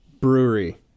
Brewery